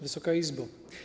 Wysoka Izbo!